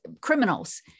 criminals